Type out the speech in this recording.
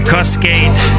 Cascade